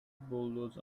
boulders